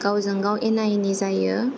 गावजों गाव एना एनि जायो